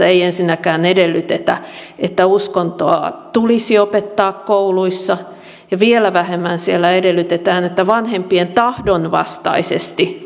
ei ensinnäkään edellytetä että uskontoa tulisi opettaa kouluissa ja vielä vähemmän siellä edellytetään että vanhempien tahdon vastaisesti